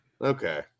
Okay